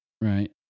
right